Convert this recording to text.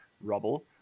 rubble